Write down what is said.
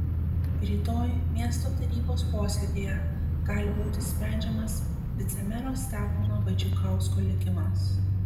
rytoj miesto tarybos posėdyje gali būti sprendžiamas vicemero stepono vaičikausko likimas